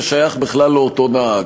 ששייך בכלל לאותו נהג.